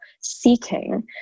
seeking